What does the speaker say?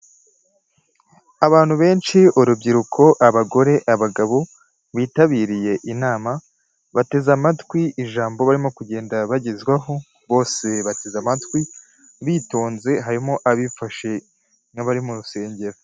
Abantu benshi; urubyiruko, abagore, abagabo, bitabiriye inama, bateze amatwi ijambo barimo kugenda bagezwaho, bose bateze amatwi, bitonze, harimo abifashe, n'abari mu rusengero.